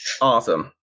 Awesome